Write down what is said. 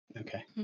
Okay